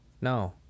no